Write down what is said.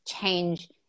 change